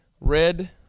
Red